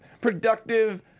productive